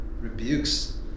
rebukes